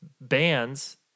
bands